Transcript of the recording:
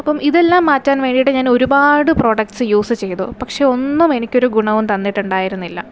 അപ്പം ഇതെല്ലാം മാറ്റാൻ വേണ്ടിയിട്ട് ഞാനൊരുപാട് പ്രോഡക്റ്റ്സ് യൂസ് ചെയ്തു പക്ഷേ ഒന്നും എനിക്കൊരു ഗുണവും തന്നിട്ടുണ്ടായിരുന്നില്ല